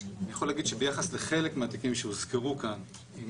אני יכול להגיד שביחס לחלק מהתיקים שהוזכרו כאן,